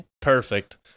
Perfect